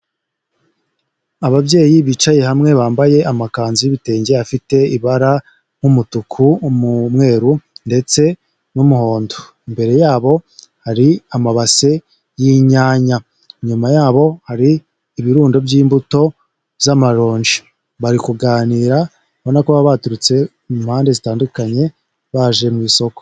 Ababyeyi bicaye hamwe bambaye amakanzu y'ibitenge afite ibara nk'umutuku, umweru ndetse n'umuhondo, imbere yabo hari amabase y'inyanya, inyuma yabo hari ibirundo by'imbuto z'amaronji, bari kuganira, ubona ko baba baturutse mu mpande zitandukanye baje mu isoko.